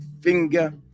Finger